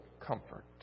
comfort